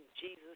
Jesus